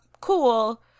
cool